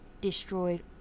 destroyed